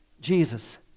jesus